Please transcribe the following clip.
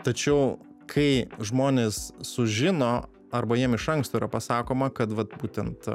tačiau kai žmonės sužino arba jiem iš anksto yra pasakoma kad vat būtent